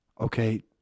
Okay